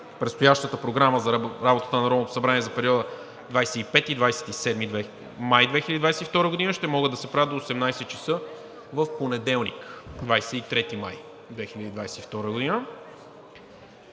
предстоящата програма за работата на Народното събрание за периода 25 – 27 май 2022 г. ще могат да се правят до 18,00 ч. в понеделник – 23 май 2022 г.